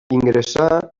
ingressà